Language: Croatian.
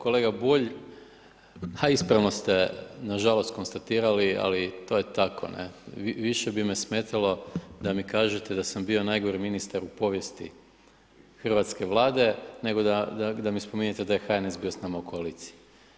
Kolega Bulj, ha ispravno ste nažalost konstatirali ali to je tako ne. više bi me smetalo da mi kažete da sam bio najgori ministar u povijesti hrvatske Vlade nego da mi spominjete da je HNS bio s nama u koaliciji.